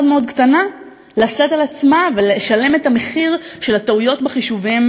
קטנה לשאת על עצמה ולשלם את המחיר של הטעויות בחישובים